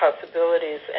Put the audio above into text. possibilities